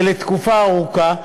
ולתקופה ארוכה,